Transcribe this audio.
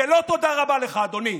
ולא תודה רבה לך, אדוני.